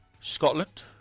scotland